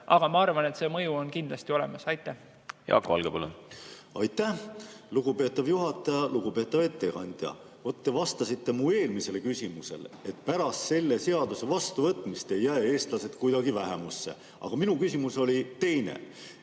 aga ma arvan, et see mõju on kindlasti olemas. Jaak Valge, palun! Jaak Valge, palun! Aitäh, lugupeetav juhataja! Lugupeetav ettekandja! Te vastasite mu eelmisele küsimusele, et pärast selle seaduse vastuvõtmist ei jää eestlased kuidagi vähemusse. Aga minu küsimus oli teine: